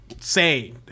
say